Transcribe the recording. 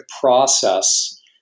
process